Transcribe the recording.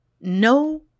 no